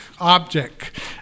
object